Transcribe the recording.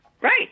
right